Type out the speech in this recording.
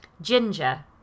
ginger